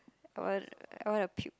I want I want to puke